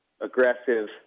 aggressive